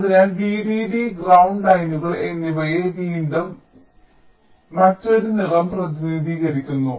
അതിനാൽ VDD ground ലൈനുകൾ എന്നിവയെ വീണ്ടും മറ്റൊരു നിറം പ്രതിനിധീകരിക്കുന്നു